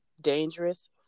dangerous